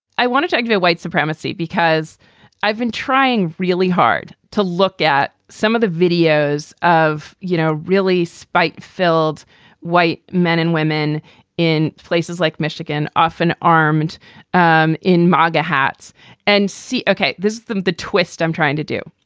i wanted to ask about white supremacy because i've been trying really hard to look at some of the videos of, you know, really spike filled white men and women in places like michigan, often arment um in magga hats and see, ok, this is the the twist i'm trying to do.